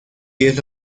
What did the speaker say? diez